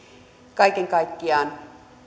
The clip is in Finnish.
kaiken kaikkiaan